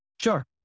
Sure